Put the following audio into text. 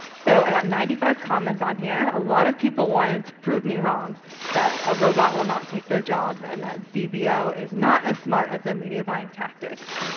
so i got ninety five comments on here, a lot of people wanted to prove me wrong that a robot will not take their job and that cbo is not as smart as their media buying tactics.